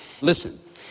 Listen